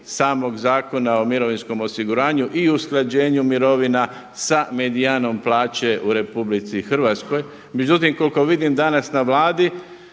samog Zakona o mirovinskom osiguranju i o usklađenju mirovina sa medijanom plaće u RH. Međutim, koliko vidim danas na Vladi